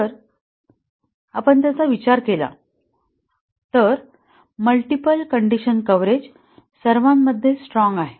जर आपण त्याचा विचार केला तर मल्टिपल कंडीशन कव्हरेज सर्वांमध्ये स्ट्रॉंग आहे